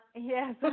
yes